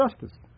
justice